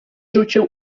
rzucił